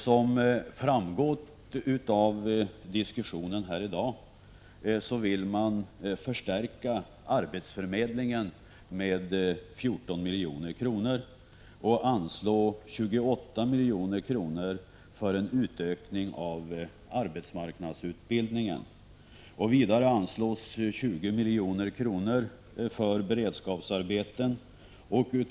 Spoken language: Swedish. Som framgått av diskussionen här i dag vill man förstärka arbetsförmedlingen med 14 milj.kr., och man anslår 28 milj.kr. för en utökning av arbetsmarknadsutbildningen. Vidare anslås 20 milj.kr. för beredskapsarbeten.